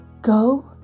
go